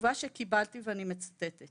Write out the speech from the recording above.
התשובה שקיבלתי ואני מצטטת